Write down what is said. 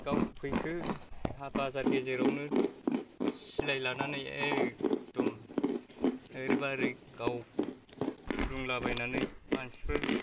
गावफैखो हा बाजार गेजेरावनो सिलाइ लानानै एखदम ओरैबा ओरै गाव ग्लुंला बायनानै मानसिफोर